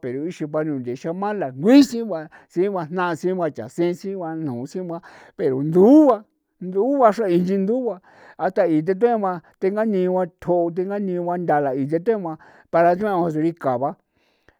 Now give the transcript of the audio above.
pero ixin pa nundexiya malasiguin ba sigua jna sigua ndasen sigua pero ndua ndua xreen xindua a ta the ti tethu'an ba thengani ba tjoo thengani ba nthaa la ese thema para xra chri kaba.